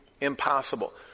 impossible